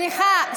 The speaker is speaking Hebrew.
סליחה.